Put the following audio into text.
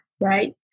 right